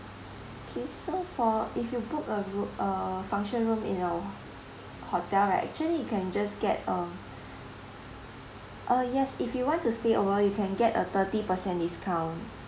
okay so for if you book a room uh function room in our hotel right actually can just get a uh yes if you want to stay over you can get a thirty percent discount